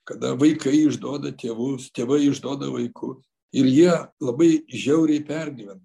kada vaikai išduoda tėvus tėvai išduoda vaikus ir jie labai žiauriai pergyvena